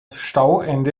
stauende